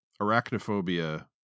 Arachnophobia